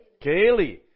Kaylee